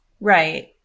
Right